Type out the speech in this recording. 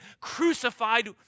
crucified